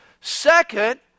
Second